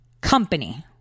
company